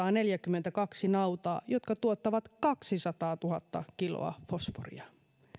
on kaksikymmentätuhattaseitsemänsataaneljäkymmentäkaksi nautaa jotka tuottavat kaksisataatuhatta kiloa fosforia